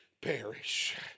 perish